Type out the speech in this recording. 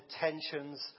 tensions